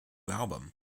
album